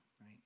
right